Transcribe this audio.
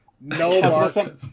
No